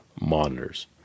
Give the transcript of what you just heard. monitors